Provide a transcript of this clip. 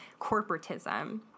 corporatism